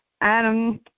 Adam